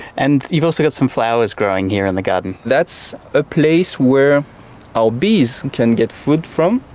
and you've also got some flowers growing here in the garden. that's a place where our bees can get food from.